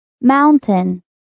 Mountain